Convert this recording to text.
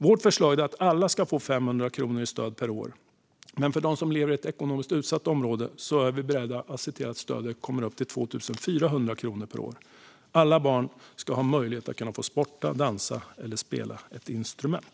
Vårt förslag är att alla ska få 500 kronor i stöd per år. Men för dem som lever i ett ekonomiskt utsatt område är vi beredda att se till att stödet kommer upp i 2 400 kronor per år. Alla barn ska ha möjlighet att sporta, dansa eller spela ett instrument.